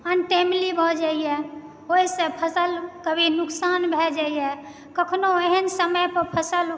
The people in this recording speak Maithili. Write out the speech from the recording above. बारिश अनटाइमली भऽ जाइया ओहिसे फसल कभी नुकसान भय जाइया कखनो एहन समय पर फसल